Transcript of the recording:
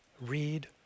read